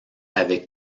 avaient